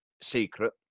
secret